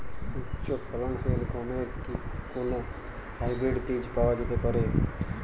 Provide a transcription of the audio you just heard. উচ্চ ফলনশীল গমের কি কোন হাইব্রীড বীজ পাওয়া যেতে পারে?